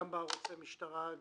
גם בערוצי משטרה,